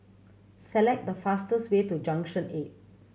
select the fastest way to Junction Eight